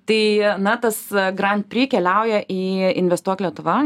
tai na tas grand pri keliauja į investuok lietuva